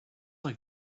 like